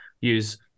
use